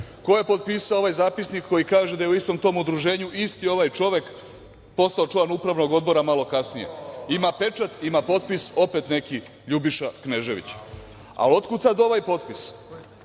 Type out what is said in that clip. Ko je potpisao ovaj zapisnik koji kaže da je u istom tom udruženju isti taj čovek postao član upravnog odbora malo kasnije, ima pečat, ima potpis, opet neki Ljubiša Knežević. Ali otkud sada ovaj potpis?